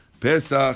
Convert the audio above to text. Pesach